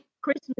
Christmas